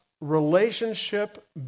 relationship